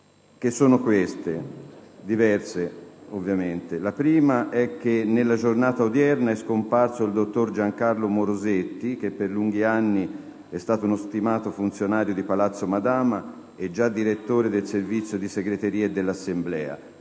comunico che nella giornata odierna è scomparso il dottor Giancarlo Morosetti, che per lunghi anni è stato uno stimato funzionario di Palazzo Madama e già direttore del Servizio di Segreteria e dell'Assemblea.